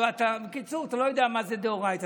והוא אמר: אתה לא יודע מה זה דאורייתא.